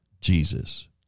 Jesus